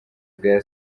bwa